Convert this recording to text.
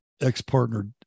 Ex-partner